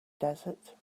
desert